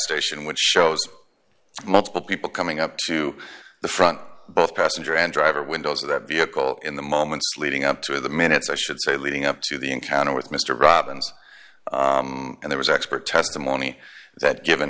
station which shows multiple people coming up to the front both passenger and driver windows of that vehicle in the moments leading up to the minutes i should say leading up to the encounter with mr robbins and there was expert testimony that given